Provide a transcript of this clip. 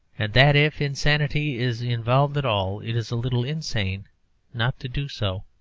and that, if insanity is involved at all, it is a little insane not to do so.